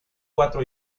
cuatro